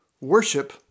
worship